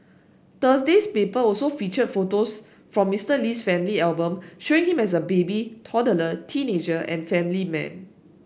Thursday's paper also featured photos from Mister Lee's family album showing him as a baby toddler teenager and family man